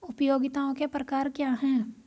उपयोगिताओं के प्रकार क्या हैं?